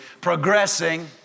Progressing